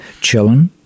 chillin